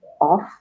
off